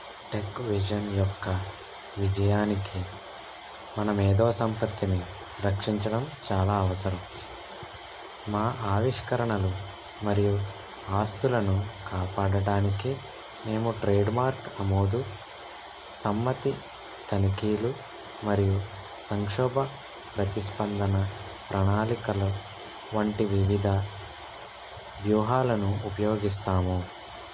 tech vision యొక్క విజయానికి మన మేధో సంపత్తిని రక్షించడం చాలా అవసరం మా ఆవిష్కరణలు మరియు ఆస్తులను కాపాడడానికి మేము ట్రేడ్మార్క్ అమోదు సమ్మతి తనిఖీలు మరియు సంక్షోభ ప్రతిస్పందన ప్రణాళికలు వంటి వివిధ వ్యూహాలను ఉపయోగిస్తాము